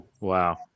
Wow